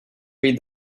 read